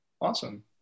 awesome